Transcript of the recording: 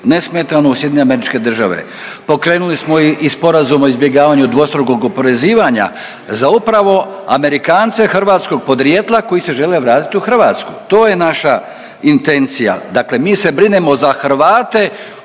nesmetano u SAD. Pokrenuli smo i sporazum o izbjegavanju dvostrukog oporezivanja za upravo Amerikance hrvatskog podrijetla koji se žele vratiti u Hrvatsku. To je naša intencija. Dakle, mi se brinemo za Hrvate